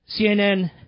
CNN